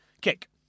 kick